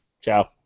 Ciao